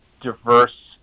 diverse